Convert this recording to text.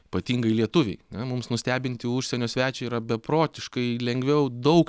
ypatingai lietuviai ne mums nustebinti užsienio svečią yra beprotiškai lengviau daug